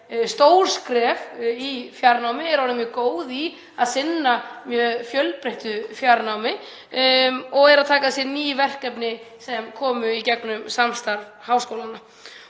stór skref í fjarnámi, eru orðnir mjög góðir í að sinna mjög fjölbreyttu fjarnámi og eru að taka að sér ný verkefni sem komu í gegnum samstarf háskólanna.